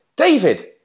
David